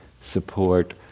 support